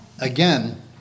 Again